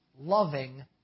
loving